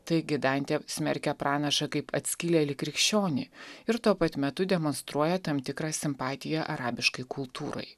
taigi dantė smerkia pranašą kaip atskilėlį krikščionį ir tuo pat metu demonstruoja tam tikrą simpatiją arabiškai kultūrai